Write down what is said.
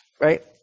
right